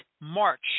March